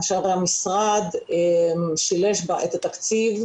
אשר המשרד שילש בה את התקציב.